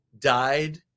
Died